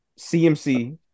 CMC